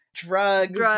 Drugs